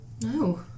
No